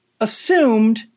assumed